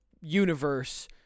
universe